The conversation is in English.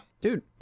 Dude